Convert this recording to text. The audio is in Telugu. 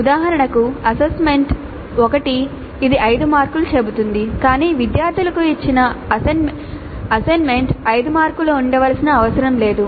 ఉదాహరణకు అసైన్మెంట్ 1 ఇది 5 మార్కులు చెబుతుంది కాని విద్యార్థులకు ఇచ్చిన అసైన్మెంట్ 5 మార్కులకు ఉండవలసిన అవసరం లేదు